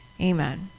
Amen